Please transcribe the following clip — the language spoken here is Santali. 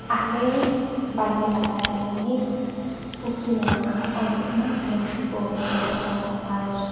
ᱟᱞᱮ ᱵᱟᱲᱜᱮ ᱞᱟᱛᱟᱨ ᱨᱮ ᱢᱤᱫ ᱯᱩᱠᱷᱨᱤ ᱢᱮᱱᱟᱜᱼᱟ ᱚᱸᱰᱮ ᱮᱢᱮᱱ ᱛᱮᱱ ᱦᱟᱠᱩ ᱠᱚ ᱢᱮᱱᱟᱜ ᱠᱚᱣᱟ ᱟᱨ